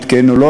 כן או לא,